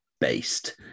Based